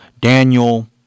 Daniel